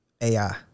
AI